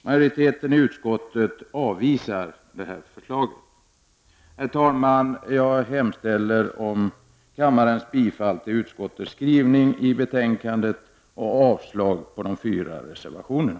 Majoriteten i utskottet avvisar det här förslaget. Herr talman! Jag hemställer om kammarens bifall till utskottets skrivning i betänkandet och avslag på de fyra reservationerna.